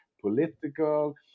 political